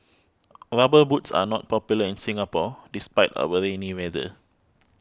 rubber boots are not popular in Singapore despite our rainy weather